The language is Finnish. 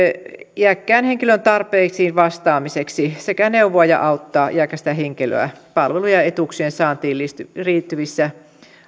iäkkään henkilön tarpeisiin vastaamiseksi sekä neuvoa ja auttaa iäkästä henkilöä palvelujen ja etuuksien saantiin liittyvissä liittyvissä